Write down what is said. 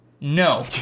No